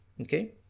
okay